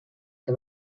que